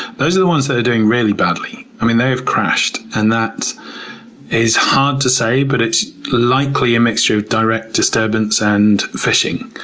those are the ones that are doing really badly. i mean, they have crashed. and that is hard to say. but, it's likely a mixture of direct disturbance and fishing.